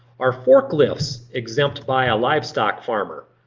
are forklifts exempt by a livestock farmer?